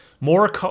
more